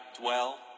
dwell